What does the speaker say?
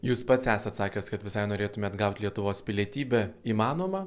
jūs pats esat sakęs kad visai norėtumėt gauti lietuvos pilietybę įmanoma